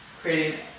creating